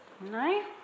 No